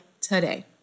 today